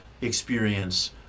experience